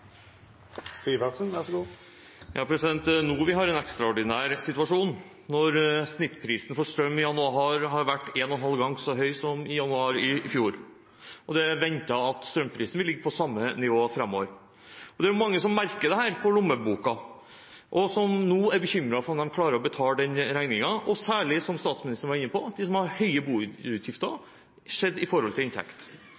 vi har en ekstraordinær situasjon, når snittprisen for strøm i januar har vært en og en halv gang så høy som i januar i fjor, og det er ventet at strømprisen vil ligge på samme nivå framover. Det er mange som merker dette på lommeboka, og som nå er bekymret for om de klarer å betale regningen, og særlig – som statsministeren var inne på – de som har høye boutgifter